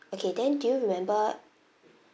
okay then do you remember